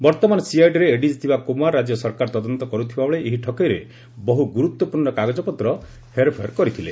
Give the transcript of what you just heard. ବର୍ତ୍ତମାନ ସିଆଇଡିରେ ଏଡିଜି ଥିବା କୁମାର ରାଜ୍ୟ ସରକାର ତଦନ୍ତ କରୁଥିବାବେଳେ ଏହି ଠକେଇର ବହୁ ଗୁରୁତ୍ୱପୂର୍ଣ୍ଣ କାଗଜପତ୍ର ହେରଫେର କରିଥିଲେ